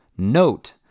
note